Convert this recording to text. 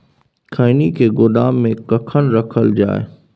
खैनी के गोदाम में कखन रखल जाय?